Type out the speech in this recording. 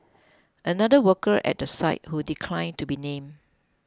another worker at the site who declined to be named